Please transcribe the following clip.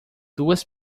duas